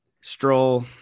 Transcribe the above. Stroll